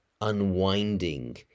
unwinding